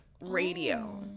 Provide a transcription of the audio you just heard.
Radio